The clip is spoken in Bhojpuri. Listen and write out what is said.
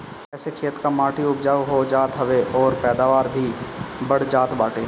एसे खेत कअ माटी उपजाऊ हो जात हवे अउरी पैदावार भी बढ़ जात बाटे